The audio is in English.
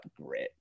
grit